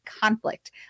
conflict